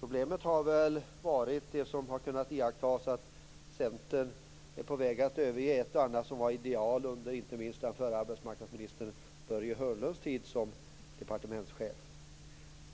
Problemet har väl varit det som har kunnat iakttas, nämligen att Centern är på väg att överge ett och annat som var dess ideal under inte minst den förre arbetsmarknadsministern Börje Sedan